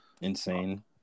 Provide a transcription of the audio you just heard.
Insane